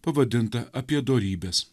pavadinta apie dorybes